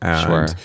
Sure